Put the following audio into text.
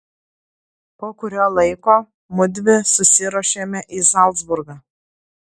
po kurio laiko mudvi susiruošėme į zalcburgą